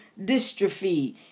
dystrophy